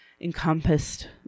encompassed